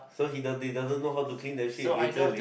so he does he doesn't know how to clean the shit literally